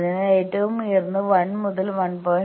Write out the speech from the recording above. അതിനാൽ ഏറ്റവും ഉയർന്നത് 1 മുതൽ 1